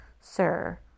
Sir